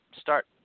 start